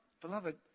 beloved